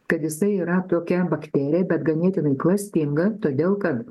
kad jisai yra tokia bakterija bet ganėtinai klastinga todėl kad